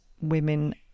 women